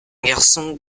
garçon